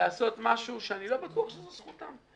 לעשות משהו שאני לא בטוח שהוא זכותם.